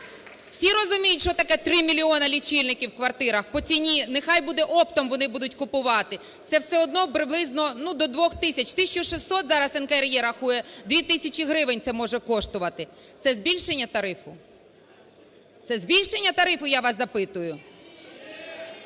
Всі розуміють, що таке 3 мільйони лічильників в квартирах по ціні, нехай буде оптом вони будуть купувати, це все одно приблизно до 2 тисяч, 1600 зараз НКРЕ рахує, 2 тисячі гривень це може коштувати. Це збільшення тарифу? Це збільшення тарифу, я вас запитую?!